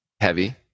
heavy